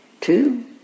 Two